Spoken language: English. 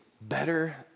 better